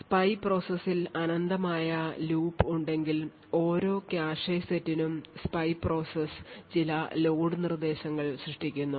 spy പ്രോസസ്സിൽ അനന്തമായ loop ഉണ്ടെങ്കിൽ ഓരോ കാഷെ സെറ്റിനും സ്പൈ പ്രോസസ്സ് ചില ലോഡ് നിർദ്ദേശങ്ങൾ സൃഷ്ടിക്കുന്നു